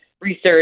research